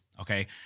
okay